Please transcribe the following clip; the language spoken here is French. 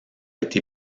été